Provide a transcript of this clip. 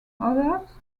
others